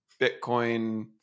Bitcoin